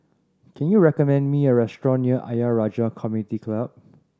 can you recommend me a restaurant near Ayer Rajah Community Club